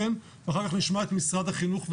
ואחר כך נשמע את משרד החינוך ונסכם.